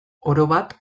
orobat